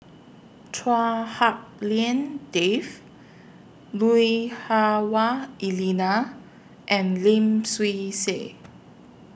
Chua Hak Lien Dave Lui Hah Wah Elena and Lim Swee Say